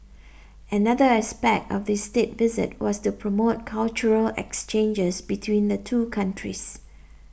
another aspect of this State Visit was to promote cultural exchanges between the two countries